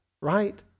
right